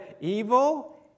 evil